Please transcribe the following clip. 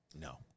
No